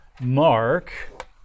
mark